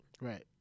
Right